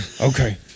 Okay